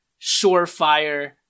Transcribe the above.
surefire